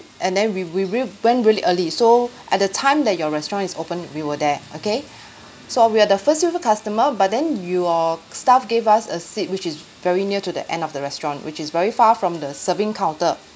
and then we we we went really early so at the time that your restaurant is open we were there okay so we are the first few of customer but then your staff gave us a seat which is very near to the end of the restaurant which is very far from the serving counter